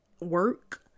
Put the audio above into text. work